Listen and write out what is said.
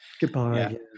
goodbye